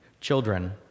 children